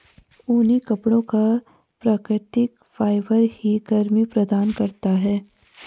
ऊनी कपड़ों का प्राकृतिक फाइबर ही गर्मी प्रदान करता है